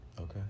Okay